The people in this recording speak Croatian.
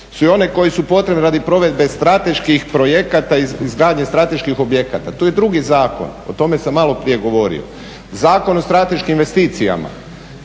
su i one koje su potrebne radi provedbe strateških projekata, izgradnje strateških objekata. To je drugi zakon, o tome sam malo prije govorio. Zakon o strateškim investicijama.